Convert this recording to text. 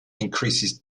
increases